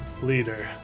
Leader